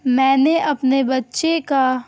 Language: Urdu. میں نے اپنے بچے کا